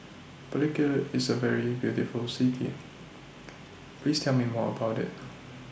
Palikir IS A very beautiful City Please Tell Me More about IT